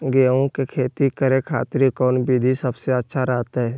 गेहूं के खेती करे खातिर कौन विधि सबसे अच्छा रहतय?